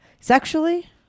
Sexually